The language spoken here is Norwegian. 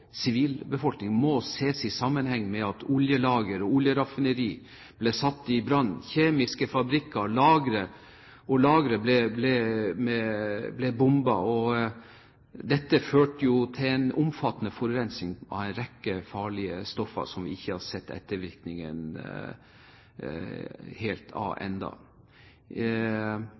sivilbefolkning, må ses i sammenheng med at oljelagre og oljeraffineri ble satt i brann. Kjemiske fabrikker og lagre ble bombet, og dette førte til en omfattende forurensning fra en rekke farlige stoff, som vi ennå ikke helt har sett ettervirkningen